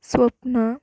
Swapna